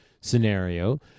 scenario